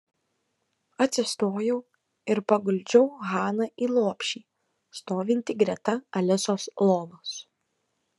atsistojau ir paguldžiau haną į lopšį stovintį greta alisos lovos